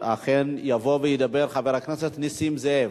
ואכן, יבוא וידבר חבר הכנסת נסים זאב.